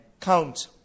count